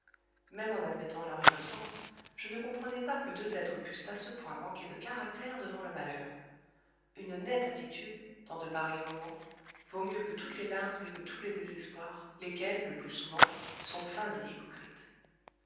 même en admettant leur innocence je ne comprenais pas que deux êtres pussent à ce point manquer de caractère devant le malheur une nette attitude dans de pareils moments vaut mieux que toutes les larmes et que tous les désespoirs lesquels le plus souvent sont feints et hypocrites